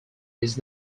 his